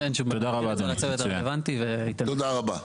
תודה רבה אדוני,